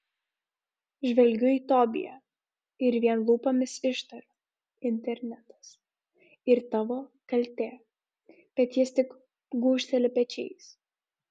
žvelgiu į tobiją ir vien lūpomis ištariu internetas ir tavo kaltė bet jis tik gūžteli pečiais